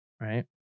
right